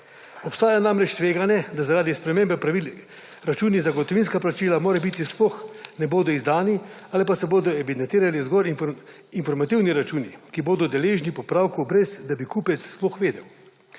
Obstaja namreč tveganje, da zaradi spremembe pravil računi za gotovinska plačila morebiti sploh ne bodo izdani ali pa se bodo evidentirali zgolj informativni računi, ki bodo deležni popravkov brez, da bi kupec sploh vedel.